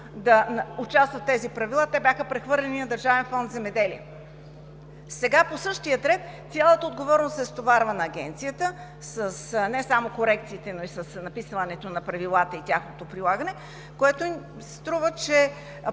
да участват в тези правила, те бяха прехвърлени на Държавен фонд „Земеделие“. Сега по същия ред цялата отговорност се стоварва на Агенцията не само с корекциите, но и с написването на правилата и тяхното прилагане. Струва ми